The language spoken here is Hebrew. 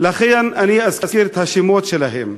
לכן אני אזכיר את השמות שלהם: